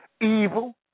Evil